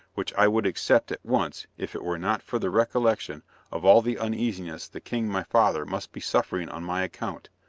which i would accept at once if it were not for the recollection of all the uneasiness the king my father must be suffering on my account.